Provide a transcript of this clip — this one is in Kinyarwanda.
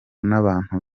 n’abantu